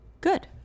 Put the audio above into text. good